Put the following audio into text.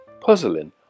puzzling